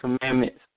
commandments